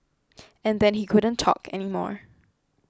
and then he couldn't talk anymore